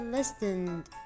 Listened 。